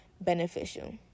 beneficial